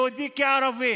יהודי כערבי.